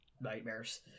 nightmares